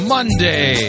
Monday